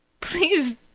Please